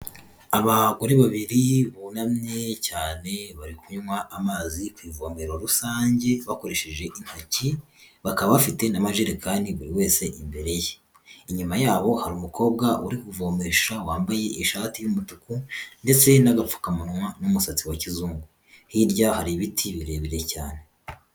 Abagore babiri bunamye cyane bari kunywa amazi ku ivomero rusange bakoresheje intoki, bakaba bafite n'amajerekani buri wese imbere ye. Inyuma yabo hari umukobwa uri kuvomesha wambaye ishati y'umutuku ndetse n'agapfukamunwa n'umusatsi wa kizungu. Hirya hari ibiti birebire cyane.